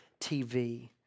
TV